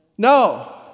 No